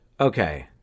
okay